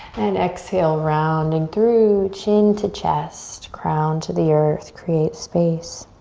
and exhale rounding through. chin to chest, crown to the earth, create space.